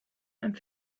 and